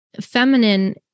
feminine